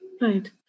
Right